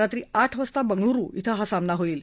रात्री आठ वाजता बंगळुरु ी हा सामना होईल